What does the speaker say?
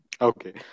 Okay